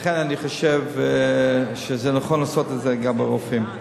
ולכן אני חושב שזה נכון לעשות את זה גם ברופאים.